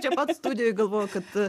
čia pat studijoj galvoju kad